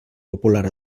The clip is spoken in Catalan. popular